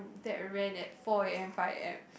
that rant at four A_M five A_M